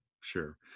sure